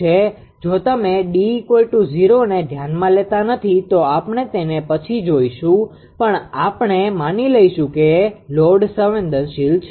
જો તમે D0ને ધ્યાનમાં લેતા નથી તો આપણે તેને પછી જોઈશુ પણ આપણે માની લઈશું કે લોડ સંવેદનશીલ છે